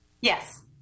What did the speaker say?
Yes